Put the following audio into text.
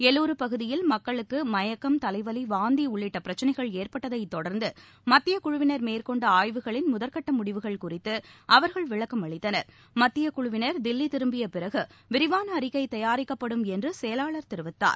எலுரு பகுதியில் மக்களுக்கு மயக்கம் தலைவலி வாந்தி உள்ளிட்ட பிரச்சினைகள் ஏற்பட்டதை தொடா்ந்து மத்திய குழுவினா் மேற்கொண்ட ஆய்வுகளின் முதற்கட்ட முடிவுகள் குறித்து அவா்கள் விளக்கம் அளித்தன் மத்திய குழுவினர் தில்லி திரும்பிய பிறகு விரிவான அறிக்கை தயாரிக்கப்படும் என்று செயலாளர் தெரிவித்தார்